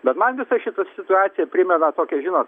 bet man visa šita situacija primena tokią žinot